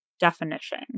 Definition